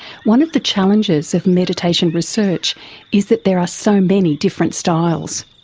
one of the challenges of meditation research is that there are so many different styles.